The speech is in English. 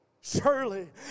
Surely